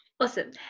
awesome